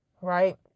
right